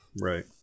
Right